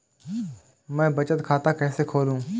मैं बचत खाता कैसे खोलूँ?